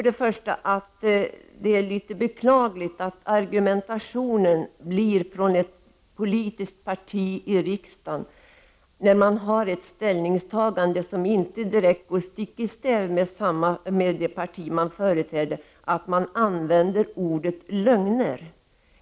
Det är litet beklagligt att en representant från ett riksdagsparti i argumentationen använder ordet lögner, när ställningstagandet i fråga inte helt överenstämmer med partiets eget ställningstagande.